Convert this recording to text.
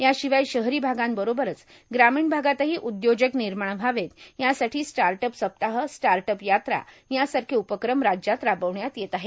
याशिवाय शहरी भागांबरोबरच ग्रामीण भागातही उद्योजक निर्माण व्हावेत यासाठी स्टार्टअप सप्ताह स्टार्टअप यात्रा यासारखे उपक्रम राज्यात राबविण्यात येत आहेत